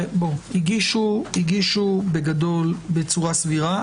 הגישו בגדול בצורה סבירה.